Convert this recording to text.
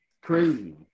Crazy